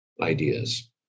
ideas